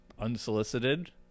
unsolicited